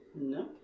No